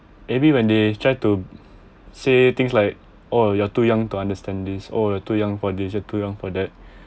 maybe when they try to say things like oh you are too young to understand this oh you're too young for this say too young for that